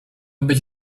być